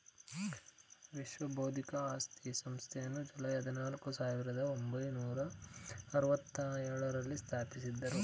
ವಿಶ್ವ ಬೌದ್ಧಿಕ ಆಸ್ತಿ ಸಂಸ್ಥೆಯನ್ನು ಜುಲೈ ಹದಿನಾಲ್ಕು, ಸಾವಿರದ ಒಂಬೈನೂರ ಅರವತ್ತ ಎಳುರಲ್ಲಿ ಸ್ಥಾಪಿಸಿದ್ದರು